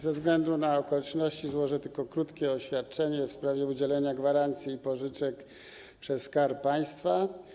Ze względu na okoliczności złożę tylko krótkie oświadczenie w sprawie udzielenia gwarancji i pożyczek przez Skarb Państwa.